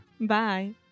Bye